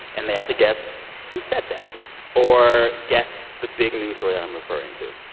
and they have to guess who said that or guess the big news story that i'm referring to.